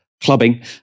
clubbing